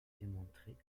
démontrée